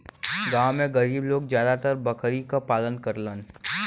गांव में गरीब लोग जादातर बकरी क पालन करलन